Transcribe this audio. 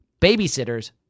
babysitters